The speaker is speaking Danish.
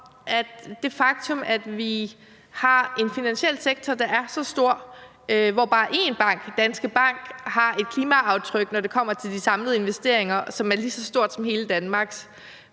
om det faktum, at vi har en finansiel sektor, der er så stor, at bare én bank, Danske Bank, har et klimaaftryk, som er lige så stort som hele Danmarks,